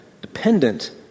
dependent